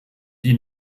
die